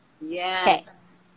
Yes